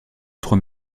trois